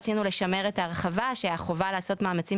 רצינו לשמר את ההרחבה שהחובה לעשות מאמצים